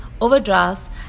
overdrafts